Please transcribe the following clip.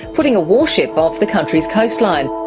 putting a warship off the country's coastline.